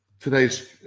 today's